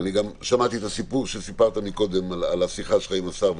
גם שמעתי את הסיפור שסיפרת קודם על השיחה שלך עם השר,